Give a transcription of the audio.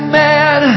man